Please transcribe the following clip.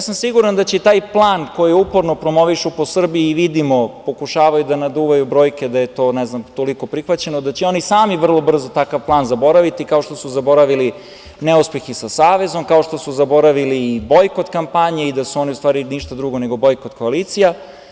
Siguran sam da će i taj plan koji uporno promovišu po Srbiji i vidimo pokušavaju da naduvaju brojke da je to, ne znam, toliko prihvaćeno, da će oni sami vrlo brzo takav plan zaboraviti, kao što su zaboravili neuspeh i sa savezom, kao što su zaboravili i bojkot kampanje i da su oni u stvari ništa drugo nego bojkot koalicija.